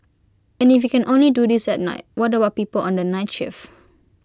and if you can only do this at night what about people on the night shift